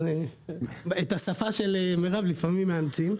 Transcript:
אבל את השפה של מרב לפעמים מאמצים.